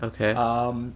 Okay